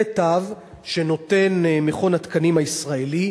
זה תו שנותנים מכון התקנים הישראלי